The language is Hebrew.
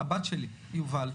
הבת שלי, יובל,